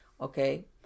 okay